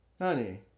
honey